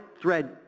thread